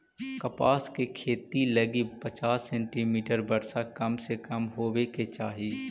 कपास के खेती लगी पचास सेंटीमीटर वर्षा कम से कम होवे के चाही